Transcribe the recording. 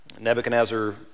Nebuchadnezzar